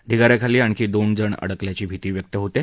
ढिगाऱ्याखाली आणखी दोन जण अडकल्याची भीती व्यक्त होत आहे